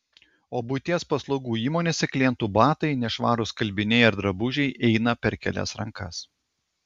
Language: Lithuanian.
o buities paslaugų įmonėse klientų batai nešvarūs skalbiniai ar drabužiai eina per kelias rankas